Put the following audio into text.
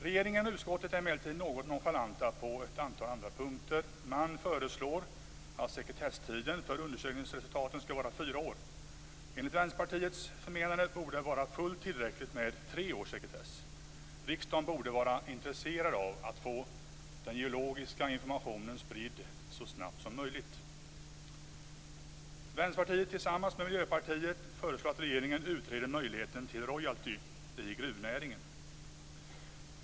Regeringen och utskottet är emellertid något nonchalanta på ett antal andra punkter. Man föreslår att sekretesstiden för undersökningsresultaten skall vara fyra år. Enligt Vänsterpartiets förmenande borde det vara fullt tillräckligt med tre års sekretess. Riksdagen borde bara intresserad av att få den geologiska informationen spridd så snabbt som möjligt. Vänsterpartiet föreslår tillsammans med Miljöpartiet att regeringen utreder möjligheten till royalty i gruvnäringen.